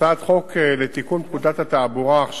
להצעת חוק לתיקון פקודת התעבורה (מס'